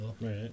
Right